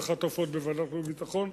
באחת ההופעות בוועדת חוץ וביטחון,